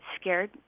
scared